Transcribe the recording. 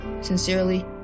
Sincerely